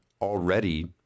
already